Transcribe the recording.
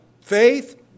faith